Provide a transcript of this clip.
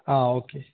ആ ഓക്കേ